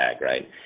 right